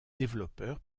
développeurs